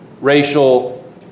racial